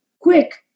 quick